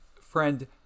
Friend